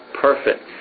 perfect